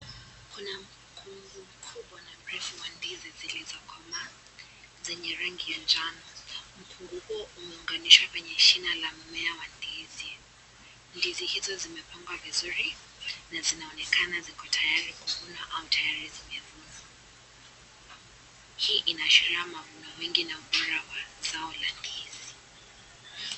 Kuna mkungu mkubwa na mrefu wa ndizi zlizokomaa zenye rangi ya njano. Mkungu huo umeunganishwa kwenye shina la mmea wa ndizi. Ndizi hizo zimepangwa vizuri na zinaonekana ziko tayari kuvunwa au tayari zimevunwa . Hii inaashiria kuna wingi na ubora wa zao la ndizi.